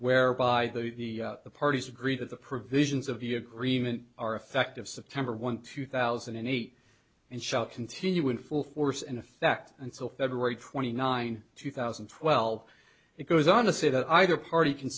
whereby the parties agree that the provisions of the agreement are effective september one two thousand and eight and shall continue in full force in effect until february twenty nine two thousand and twelve it goes on to say that either party can